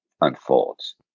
unfolds